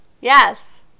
Yes